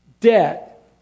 Debt